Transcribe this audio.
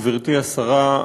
גברתי השרה,